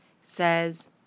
Says